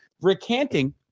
Recanting